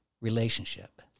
relationship